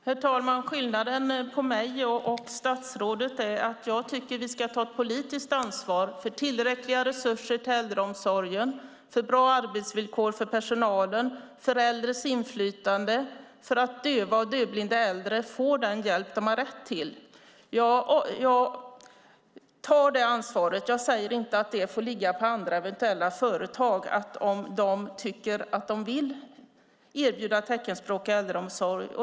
Herr talman! Skillnaden mellan mig och statsrådet är att jag tycker att vi ska ta ett politiskt ansvar för tillräckliga resurser till äldreomsorgen, för bra arbetsvillkor för personalen, för äldres inflytande och för att döva och dövblinda äldre ska få den hjälp som de har rätt till. Jag tar det ansvaret. Jag säger inte att det får ligga på andra eventuella företag, så att det beror på om de tycker att de vill erbjuda teckenspråk i äldreomsorgen.